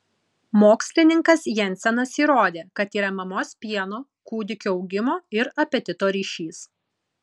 mokslininkas jensenas įrodė kad yra mamos pieno kūdikio augimo ir apetito ryšys